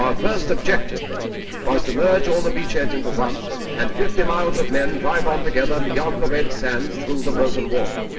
um first objective then was to merge all the beach heads into one and fifty miles of men drive on together beyond the red sands through the broken wall.